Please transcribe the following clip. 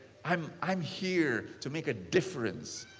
i'm i'm here to make a difference.